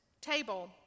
table